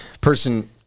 person